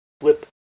Flip